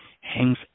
hangs